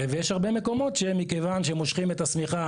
אז יש הרבה מקומות שמכיוון שמושכים את השמיכה